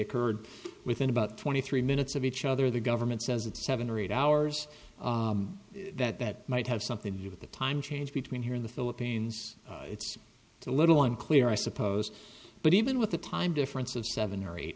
occurred within about twenty three minutes of each other the government says it's seven or eight hours that that might have something to do with the time change between here in the philippines it's a little unclear i suppose but even with the time difference of seven or eight